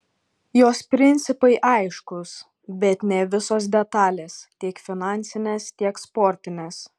jos principai aiškūs bet ne visos detalės tiek finansinės tiek sportinės